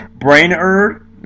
Brainerd